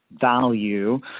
value